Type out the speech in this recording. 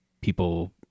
people